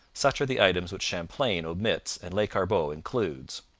such are the items which champlain omits and lescarbot includes.